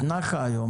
את נחה היום.